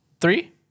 Three